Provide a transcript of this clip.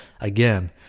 again